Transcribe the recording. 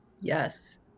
Yes